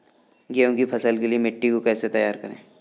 गेहूँ की फसल के लिए मिट्टी को कैसे तैयार करें?